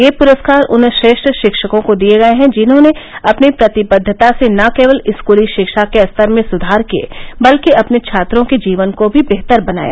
ये पुरस्कार उन श्रेष्ठ शिक्षकों को दिये गये हैं जिन्होंने अपनी प्रतिबद्वता से न केवल स्कूली शिक्षा के स्तर में सुधार किये बल्कि अपने छात्रों के जीवन को भी बेहतर बनाया